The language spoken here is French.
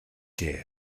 que